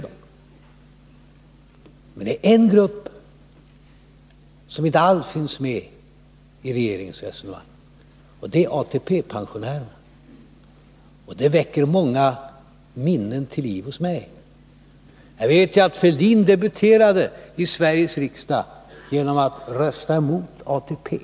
Det är emellertid en grupp som inte alls finns med i regeringens resonemang, och det gäller ATP-pensionärerna. Det väcker många minnen till liv hos mig. Thorbjörn Fälldin debuterade i Sveriges riksdag genom att rösta emot ATP.